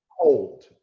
Cold